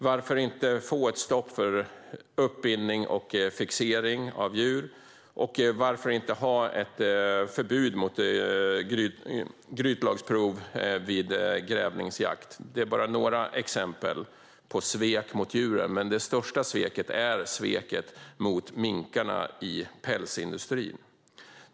Varför ser man inte till att det blir ett stopp för uppbindning och fixering av djur? Och varför inför man inte ett förbud mot grytanlagsprov vid grävlingsjakt? Det är bara några exempel på svek mot djuren. Men det största sveket är sveket mot minkarna i pälsindustrin.